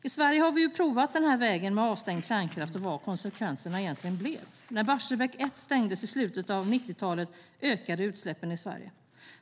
I Sverige har vi provat vägen med avstängd kärnkraft och sett vad konsekvenserna egentligen blev. När Barsebäck 1 stängdes i slutet av 90-talet ökade utsläppen i Sverige.